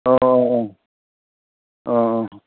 औ औ औ औ औ